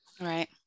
right